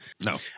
No